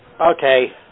Okay